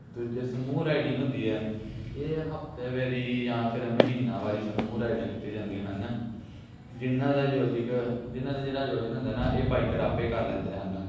ਦੂਜਾ ਸਮੂਹ ਰਾਈਡਿੰਗ ਹੁੰਦੀ ਹੈ ਇਹ ਹਫਤਾਵਾਰੀ ਜਾਂ ਫਿਰ ਮਹੀਨਾਵਾਰੀ ਸਮੂਹ ਰਾਈਡਾਂ ਕੀਤੀਆਂ ਜਾਂਦੀਆਂ ਹਨ ਜਿਹਨਾਂ ਦਾ ਅਯੋਜਨ ਜਿਹਨਾਂ ਦਾ ਜਿਹੜਾ ਅਯੋਜਨ ਹੁੰਦਾ ਨਾ ਇਹ ਬਾਈਕਰ ਆਪੇ ਕਰ ਲੈਂਦੇ ਹਨ